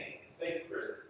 sacred